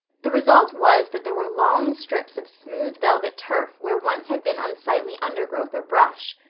the result was that there were long strips of smooth velvet turf where once had been unsightly undergrowth or brush.